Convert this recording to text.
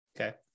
Okay